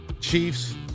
Chiefs